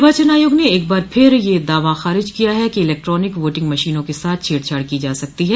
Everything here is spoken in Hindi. निर्वाचन आयोग ने एक बार फिर यह दावा खारिज किया है कि इलेक्ट्रॉनिक वोटिंग मशीनों के साथ छेड़छाड़ की जा सकती है